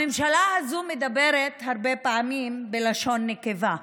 הממשלה הזו מדברת הרבה פעמים בלשון נקבה,